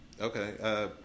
Okay